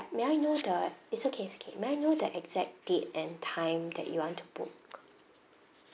may I know the it's okay it's okay may I know the exact date and time that you want to book